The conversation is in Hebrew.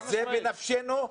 זה בנפשנו.